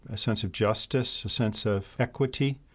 a sense of justice, a sense of equity.